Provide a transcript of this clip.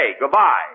goodbye